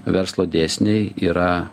verslo dėsniai yra